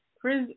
Chris